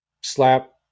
slap